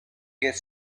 get